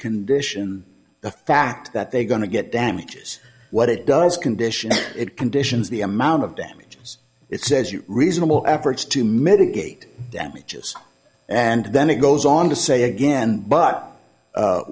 condition the fact that they going to get damages what it does condition it conditions the amount of damages it says you reasonable efforts to mitigate damages and then it goes on to say again but